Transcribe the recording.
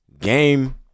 game